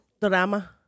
Drama